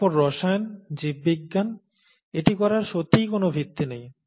তারপর রসায়ন জীববিজ্ঞান এটি করার সত্যিই কোন ভিত্তি নেই